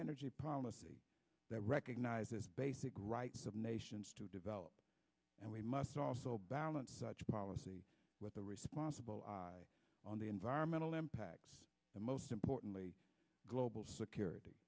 energy policy that recognizes basic rights of nations to develop and we must also balance such a policy with a responsible on the environmental impact and most importantly global security